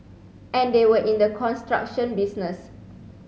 and they were in the construction business